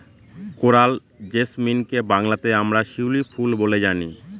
coral জেসমিনকে বাংলাতে আমরা শিউলি ফুল বলে জানি